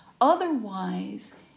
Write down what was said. Otherwise